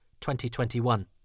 2021